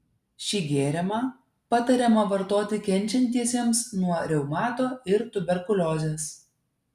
šį gėrimą patariama vartoti kenčiantiesiems nuo reumato ir tuberkuliozės